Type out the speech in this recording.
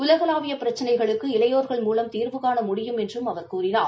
உலகளாவிய பிரச்சினைகளுக்கு இளையோர்கள் மூலம் தீர்வுகாண முடியும் என்றும் அவர் கூறினார்